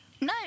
No